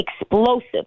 explosive